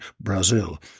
Brazil